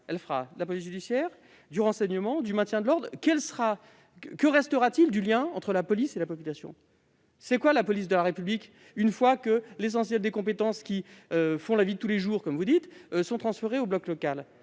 ? De la police judiciaire, du renseignement, du maintien de l'ordre ? Que restera-t-il du lien entre la police et la population ? Caricature ! Qu'est-ce que la police de la République, une fois que l'essentiel des compétences qui font la vie de tous les jours, comme vous dites, sont transférées au bloc local ?